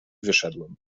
wyszedłem